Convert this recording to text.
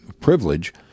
privilege